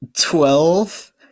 Twelve